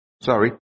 sorry